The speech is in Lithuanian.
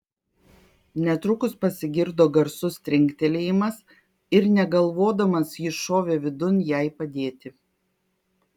netrukus pasigirdo garsus trinktelėjimas ir negalvodamas jis šovė vidun jai padėti